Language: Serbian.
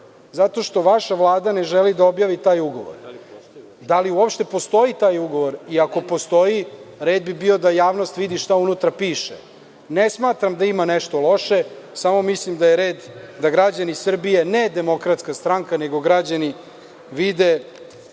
Zato što vaša Vlada ne želi da objavi taj ugovor. Da li uopšte postoji taj ugovor, i ako postoji red bio da javnost vidi šta unutra piše. Ne smatram da ima nešto loše, samo mislim da je red da građani Srbije ne DS, nego građani vide